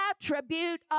attribute